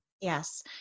Yes